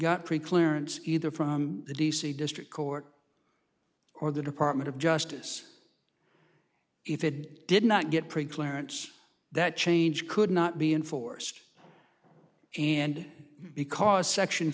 got pre clearance either from the d c district court or the department of justice if it did not get pre clearance that change could not be enforced and because section